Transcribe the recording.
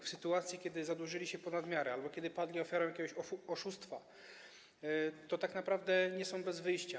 W sytuacji kiedy zadłużyli się ponad miarę albo kiedy padli ofiarą jakiegoś oszustwa, tak naprawdę nie są bez wyjścia.